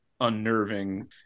unnerving